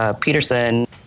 Peterson